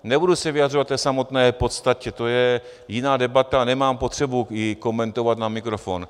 Nebudu se vyjadřovat k té samotné podstatě, to je jiná debata, nemám potřebu ji komentovat na mikrofon.